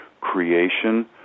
creation